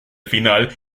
final